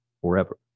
forever